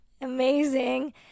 Amazing